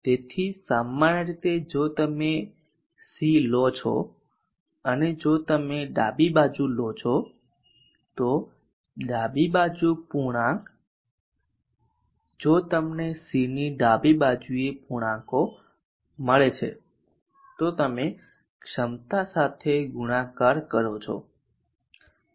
તેથી સામાન્ય રીતે જો તમે C લો છો અને જો તમે ડાબી બાજુ લો છો તો ડાબી બાજુ પૂર્ણાંક જો તમને Cની ડાબી બાજુએ પૂર્ણાંકો મળે છે તો તમે ક્ષમતા સાથે ગુણાકાર કરો છો